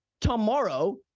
tomorrow